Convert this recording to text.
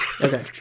Okay